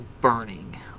burning